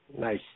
Nice